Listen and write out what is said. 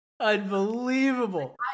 Unbelievable